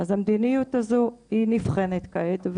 אז המדיניות הזאת נבחנת כעת,